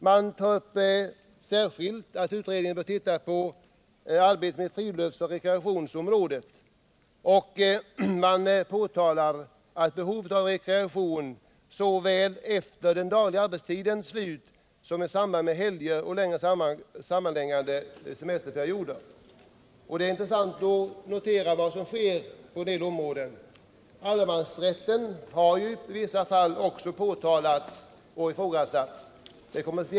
Man tar särskilt upp att utredningen bör titta på arbetet på friluftsoch rekreationsområdet och man påtalar behovet av rekreation såväl efter den dagliga arbetstidens slut som i samband med helger och längre sammanhängande semesterperioder. Det är intressant att notera vad som sker på en del områden. Allemansrätten har ju i vissa fall också diskuterats och ifrågasatts.